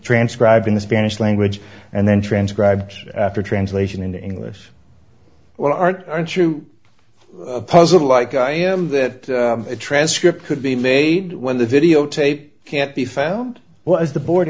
transcribing the spanish language and then transcribed after translation into english well aren't aren't you puzzled like i am that a transcript could be made when the videotape can't be found well as the board